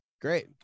great